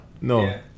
No